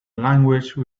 language